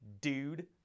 Dude